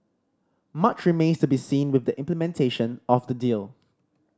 much remains to be seen with the implementation of the deal